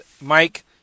Mike